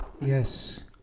Yes